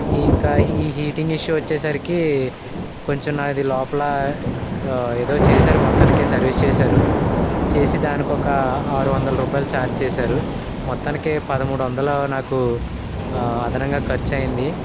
ఈ ఇంకా ఈ హీటింగ్ ఇష్యూ వచ్చేసరికీ కొంచెం నాది లోపల ఏదో చేసారు మొత్తానికి సర్వీస్ చేసారు చేసి దానికి ఒక ఆరు వందల రూపాయలు ఛార్జ్ చేసారు మొత్తానికి పదమూడు వందలు నాకు అదనంగా ఖర్చు అయింది